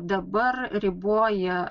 dabar riboja